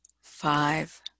five